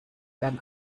dann